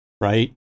right